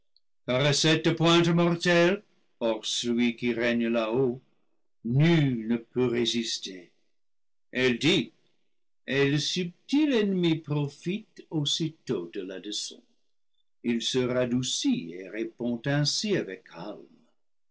car à cette pointe mortelle hors celui qui règne là-haut nul ne peut ré sister elle dit et le subtil ennemi profite aussitôt de la leçon il se radoucit et répond ainsi avec calme